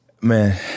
Man